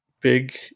big